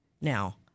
now